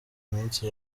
minsi